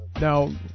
Now